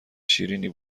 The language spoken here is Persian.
شیریننی